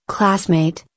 Classmate